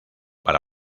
para